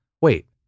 wait